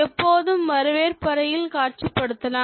எப்போதும் வரவேற்பறையில் காட்சிப்படுத்தலாம்